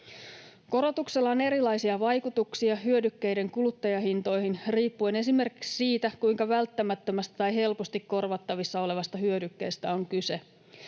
Korotuksella on erilaisia vaikutuksia hyödykkeiden kuluttajahintoihin riippuen esimerkiksi siitä, kuinka välttämättömästä tai helposti korvattavissa olevasta hyödykkeestä on kyse.